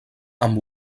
amb